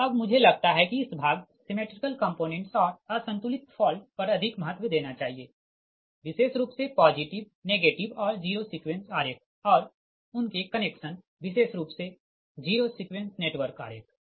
तो अब मुझे लगता है कि इस भाग सिमेट्रिकल कम्पोनेंट्स और असंतुलित फॉल्ट पर अधिक महत्व देना चाहिए विशेष रूप से पॉजिटिव नेगेटिव और जीरो सीक्वेंस आरेख और उनके कनेक्शन विशेष रूप से जीरो सीक्वेंस नेटवर्क आरेख